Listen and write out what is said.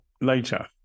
later